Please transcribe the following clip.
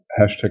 hashtag